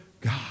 God